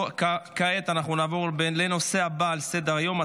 כעת אנחנו נעבור לנושא הבא על סדר-היום,